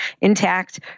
Intact